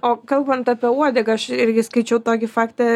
o kalbant apie uodegą aš irgi skaičiau tokį faktą